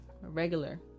regular